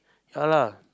ya lah